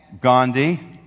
Gandhi